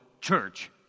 church